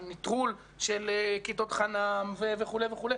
על נטרול של כיתות חנ"מ וכו'.